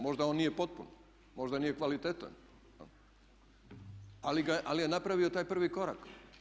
Možda on nije potpun, možda nije kvalitetan ali je napravio taj prvi korak.